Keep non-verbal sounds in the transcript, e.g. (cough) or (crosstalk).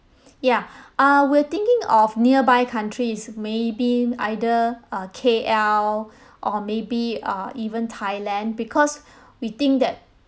(breath) ya (breath) uh we're thinking of nearby countries maybe either uh K_L (breath) or maybe uh even thailand because (breath) we think that